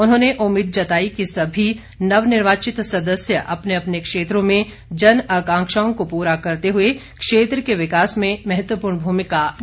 उन्होंने उम्मीद जताई कि सभी नव निर्वाचित सदस्य अपने अपने क्षेत्रों में जन आकांक्षाओं को पूरा करते हुए क्षेत्र के विकास में महत्वपूर्ण भूमिका निभाएंगे